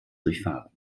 durchfahren